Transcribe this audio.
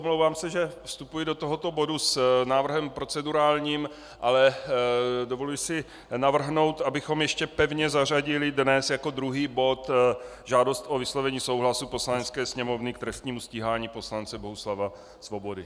Omlouvám se, že vstupuji do tohoto bodu s procedurálním návrhem, ale dovoluji si navrhnout, abychom ještě pevně zařadili dnes jako druhý bod žádost o vyslovení souhlasu Poslanecké sněmovny k trestnímu stíhání poslance Bohuslava Svobody.